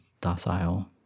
docile